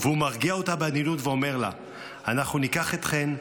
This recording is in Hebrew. והוא מרגיע אותה בעדינות ואומר לה: "אנחנו ניקח אתכן,